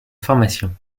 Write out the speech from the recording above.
formation